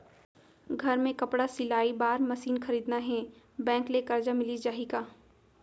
घर मे कपड़ा सिलाई बार मशीन खरीदना हे बैंक ले करजा मिलिस जाही का?